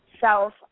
self